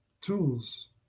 tools